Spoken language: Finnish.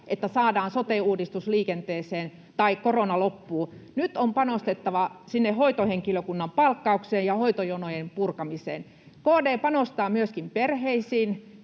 että saadaan sote-uudistus liikenteeseen tai korona loppuu. Nyt on panostettava sinne hoitohenkilökunnan palkkaukseen ja hoitojonojen purkamiseen. KD panostaa myöskin perheisiin,